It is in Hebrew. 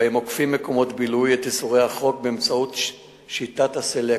שבהם עוקפים מקומות בילוי את איסור החוק באמצעות שיטת ה"סלקציה".